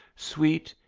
sweet,